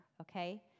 Okay